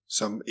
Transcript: som